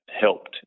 helped